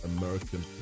American